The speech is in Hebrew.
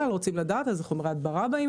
לגבי כמות חומרי הדברה.